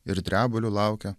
ir drebuliu laukia